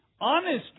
honest